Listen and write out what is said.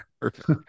Perfect